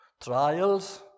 trials